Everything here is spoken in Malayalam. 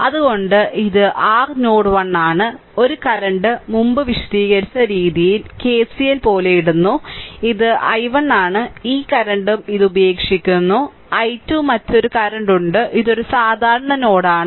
അതിനാൽ ഇത് r നോഡ് 1 ആണ് ഒരു കറന്റ് മുമ്പ് വിശദീകരിച്ച രീതിയിൽ കെസിഎൽ പോലെ ഇടുന്നു ഇത് i1 ആണ് ഈ കറന്റും ഇത് ഉപേക്ഷിക്കുന്നു i 2 മറ്റൊരു കറന്റ് ഉണ്ട് ഇത് ഒരു സാധാരണ നോഡാണ്